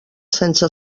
sense